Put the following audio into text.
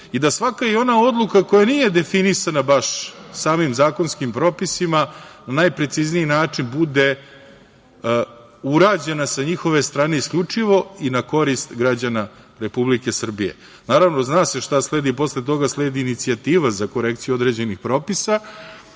i da svaka ona odluka koja nije definisana samim zakonskim propisima na najprecizniji način bude urađena sa njihove strane isključivo i na koriste građana Republike Srbije. Naravno, zna se šta sledi posle toga, sledi inicijativa za korekciju određenih propisa,